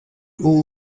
all